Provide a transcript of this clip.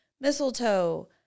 mistletoe